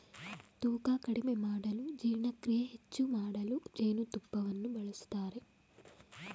ತೂಕ ಕಡಿಮೆ ಮಾಡಲು ಜೀರ್ಣಕ್ರಿಯೆ ಹೆಚ್ಚು ಮಾಡಲು ಜೇನುತುಪ್ಪವನ್ನು ಬಳಸ್ತರೆ